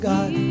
God